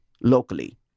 locally